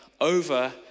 over